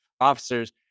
officers